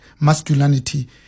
masculinity